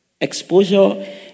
Exposure